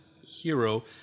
hero